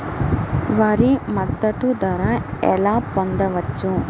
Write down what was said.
వరి మద్దతు ధర ఎలా పొందవచ్చు?